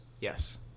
Yes